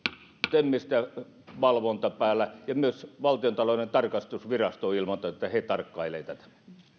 temistä valvonta päällä ja myös valtiontalouden tarkastusvirasto on ilmoittanut että he tarkkailevat tätä